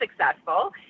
successful